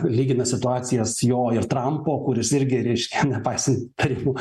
lygina situacijas jo ir trampo kuris irgi reiškia nepaisant įtarimų